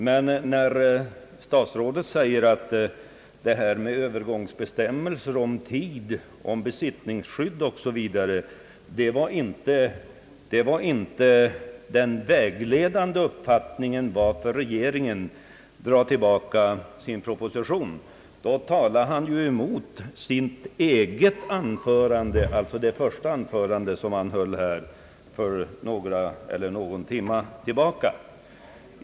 Men när statsrådet säger att frågorna om övergångsbestämmelser, om tid, om besittningsskydd osv. inte var den vägledande orsaken till att regeringen drog tillbaka sin proposition, då talar han emot sitt eget första anförande, som han höll här för någon timme sedan.